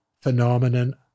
phenomenon